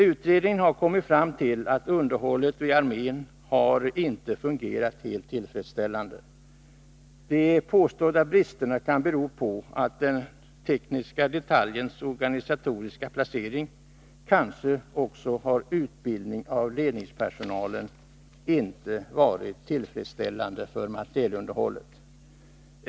Utredningen har kommit fram till att underhållet vid armén inte har fungerat helt tillfredsställande. De påstådda bristerna kan bero på den tekniska detaljens organisatoriska placering. Kanske har också utbildningen för ledningspersonalen inte varit tillfredsställande för materielunderhållet.